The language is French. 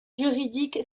juridique